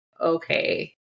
okay